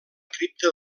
cripta